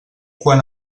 quan